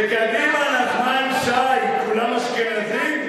בקדימה, בקדימה, נחמן שי, כולם אשכנזים?